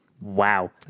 Wow